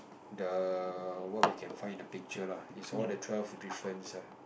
the what we can find in the picture lah it's all the twelve difference ah